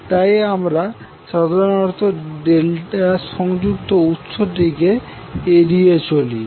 তাই আমরা সাধারনত ∆সংযুক্ত উৎসটিকে এড়িয়ে চলি